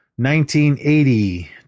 1980